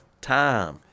time